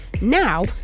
Now